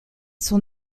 son